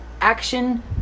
Action